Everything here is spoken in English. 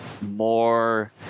more